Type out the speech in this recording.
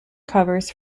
covers